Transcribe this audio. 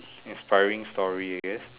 inspiring story I guess